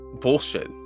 bullshit